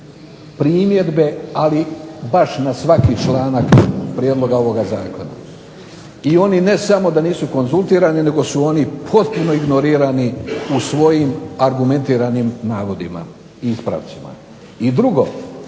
primjedbe, ali baš na svaki članak prijedloga ovog zakona. I oni ne samo da nisu konzultirani nego su oni potpuno ignorirani u svojim argumentiranim navodima i ispravcima. I drugo,